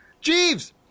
Jeeves